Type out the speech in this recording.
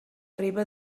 arriba